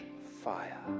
fire